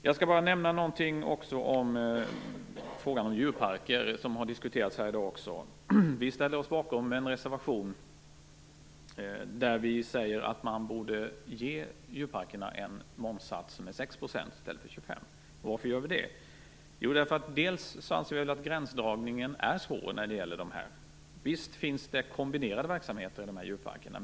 Jag skall bara nämna någonting om frågan om djurparker, som ju också har diskuterats här i dag. Vi ställer oss bakom en reservation där vi säger att man borde ge djurparkerna en momssats på 6 % i stället för 25 %. Varför gör vi då det? Jo, vi anser att gränsdragningen är svår; visst finns det kombinerade verksamheter i djurparkerna.